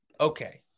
okay